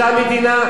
אותה מדינה,